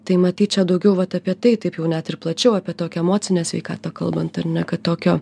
tai matyt čia daugiau vat apie tai taip jau net ir plačiau apie tokią emocinę sveikatą kalbant ar ne kad tokio